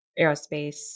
aerospace